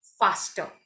faster